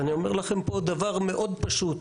אני אומר לכם פה דבר מאוד פשוט.